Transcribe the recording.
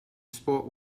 spoke